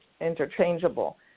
interchangeable